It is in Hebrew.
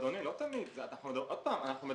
אדוני עוד פעם,